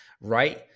right